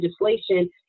legislation